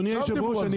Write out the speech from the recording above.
בבקשה.